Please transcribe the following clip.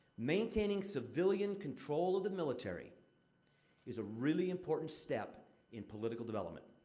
maintaining civilian control of the military is really important step in political development.